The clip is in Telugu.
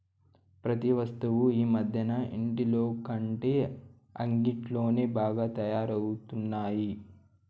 ప్రతి వస్తువు ఈ మధ్యన ఇంటిలోకంటే అంగిట్లోనే బాగా తయారవుతున్నాయి